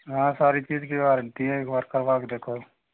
हाँ सारी चीज की गारंटी है एक बार करवा के देखो